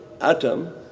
atom